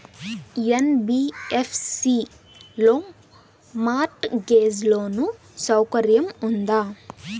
NBFC లో mortgage loan సౌకర్యం ఉందా?